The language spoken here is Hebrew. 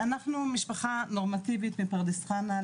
אנחנו משפחה נורמטיבית מפרדס חנה,